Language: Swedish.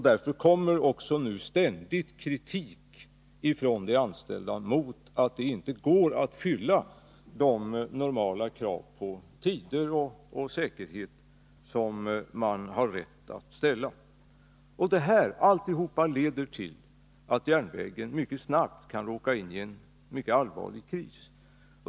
Därför kommer också nu ständigt kritik från de anställda mot att det inte går att fylla de normala krav på tider och säkerhet som man har rätt att ställa. Alltihop det här gör att järnvägen snabbt kan råka in i en mycket allvarlig kris.